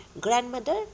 Grandmother